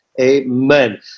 amen